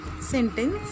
sentence